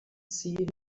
see